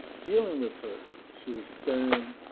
dealing with her, she was stern.